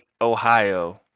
Ohio